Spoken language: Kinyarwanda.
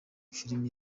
filime